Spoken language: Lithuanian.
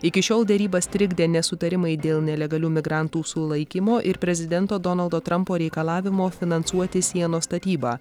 iki šiol derybas trikdė nesutarimai dėl nelegalių migrantų sulaikymo ir prezidento donaldo trampo reikalavimo finansuoti sienos statybą